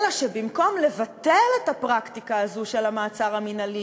אלא שבמקום לבטל את הפרקטיקה הזו של המעצר המינהלי,